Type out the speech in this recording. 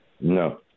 No